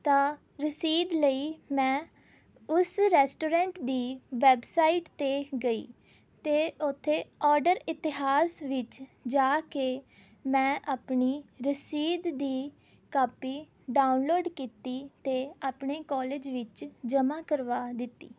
ਤਾਂ ਰਸੀਦ ਲਈ ਮੈਂ ਉਸ ਰੈਸਟੋਰੈਂਟ ਦੀ ਵੈੱਬਸਾਈਟ 'ਤੇ ਗਈ ਅਤੇ ਉੱਥੇ ਓਡਰ ਇਤਿਹਾਸ ਵਿੱਚ ਜਾ ਕੇ ਮੈਂ ਆਪਣੀ ਰਸੀਦ ਦੀ ਕਾਪੀ ਡਾਊਨਲੋਡ ਕੀਤੀ ਅਤੇ ਆਪਣੇ ਕੋਲੇਜ ਵਿੱਚ ਜਮ੍ਹਾਂ ਕਰਵਾ ਦਿੱਤੀ